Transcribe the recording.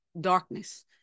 darkness